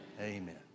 Amen